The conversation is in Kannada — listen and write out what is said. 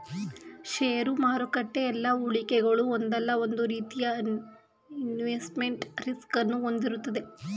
ಷೇರು ಮಾರುಕಟ್ಟೆ ಎಲ್ಲಾ ಹೂಡಿಕೆಗಳು ಒಂದಲ್ಲ ಒಂದು ರೀತಿಯ ಇನ್ವೆಸ್ಟ್ಮೆಂಟ್ ರಿಸ್ಕ್ ಅನ್ನು ಹೊಂದಿರುತ್ತದೆ